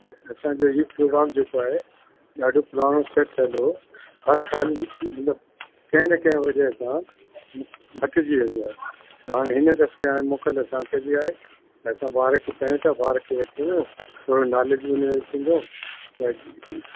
असांजो जो हीअ प्रोग्राम जेको आहे ॾाढो पुराणो सेट थियलु हो हर साल मतिलब कंहिं न कंहिं वज़ह सां हटजी वेंदो आहे हाणे हिन दफ़े मोकिल असांखे बि आहे असां ॿार खे चयूं था ॿार खे बि वठी वञू थोरो नॉलेज हुनखे थींदो वरी